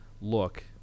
look